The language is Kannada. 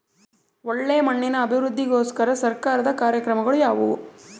ಒಳ್ಳೆ ಮಣ್ಣಿನ ಅಭಿವೃದ್ಧಿಗೋಸ್ಕರ ಸರ್ಕಾರದ ಕಾರ್ಯಕ್ರಮಗಳು ಯಾವುವು?